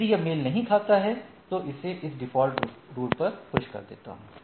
यदि यह मेल नहीं खाता है तो इसे इस डिफ़ॉल्ट इंटरफ़ेसपर पुश कर देता हूं